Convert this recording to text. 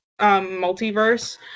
multiverse